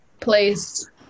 place